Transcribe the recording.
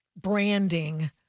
branding